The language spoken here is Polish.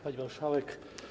Pani Marszałek!